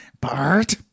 Bart